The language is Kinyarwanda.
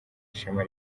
ishema